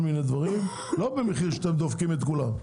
לא במחיר שאתם דופקים את כולם,